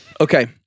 Okay